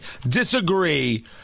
disagree